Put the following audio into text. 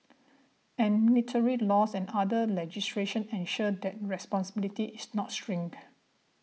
and military laws and other legislation ensure that responsibility is not shirked